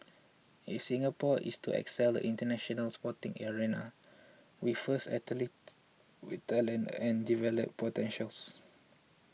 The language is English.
if Singapore is to excel in the International Sporting arena we first athletes with talent and development potentials